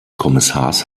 kommissars